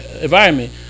environment